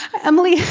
emily,